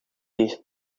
lhes